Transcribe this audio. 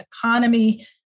economy